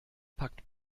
packt